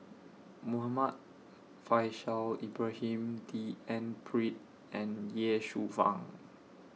Muhammad Faishal Ibrahim D N Pritt and Ye Shufang